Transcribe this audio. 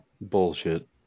Bullshit